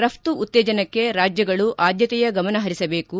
ರಫ್ತು ಉತ್ತೇಜನಕ್ಕೆ ರಾಜ್ಯಗಳು ಆದ್ಲತೆಯ ಗಮನಹರಿಸಬೇಕು